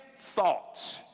thoughts